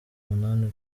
umunani